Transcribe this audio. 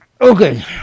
Okay